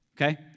Okay